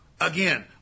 Again